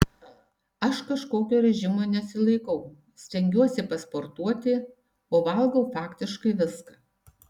aš kažkokio režimo nesilaikau stengiuosi pasportuoti o valgau faktiškai viską